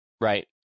Right